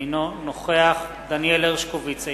אינו נוכח דניאל הרשקוביץ,